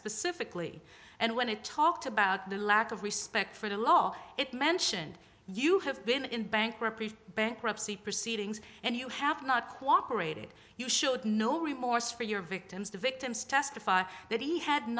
specifically and when it talked about the lack of respect for the law it mentioned you have been in bankruptcy bankruptcy proceedings and you have not cooperated you showed no remorse for your victims the victims testified that he had